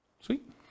sweet